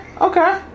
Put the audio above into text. okay